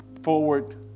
forward